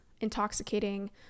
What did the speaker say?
intoxicating